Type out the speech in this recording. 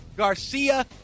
Garcia